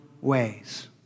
ways